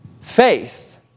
Faith